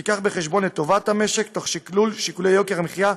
שתביא בחשבון את טובת המשק תוך שקלול שיקולים של יוקר המחיה,